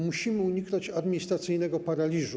Musimy uniknąć administracyjnego paraliżu.